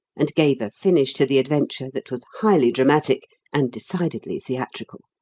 and gave a finish to the adventure that was highly dramatic and decidedly theatrical.